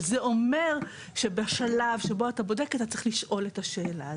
אבל זה אומר שבשלב שבו אתה בודק אתה צריך לשאול את השאלה הזאת.